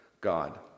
God